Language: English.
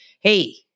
Hey